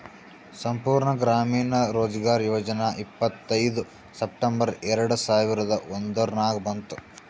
ಸಂಪೂರ್ಣ ಗ್ರಾಮೀಣ ರೋಜ್ಗಾರ್ ಯೋಜನಾ ಇಪ್ಪತ್ಐಯ್ದ ಸೆಪ್ಟೆಂಬರ್ ಎರೆಡ ಸಾವಿರದ ಒಂದುರ್ನಾಗ ಬಂತು